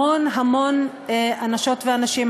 המון המון אנשות ואנשים.